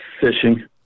fishing